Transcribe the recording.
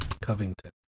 Covington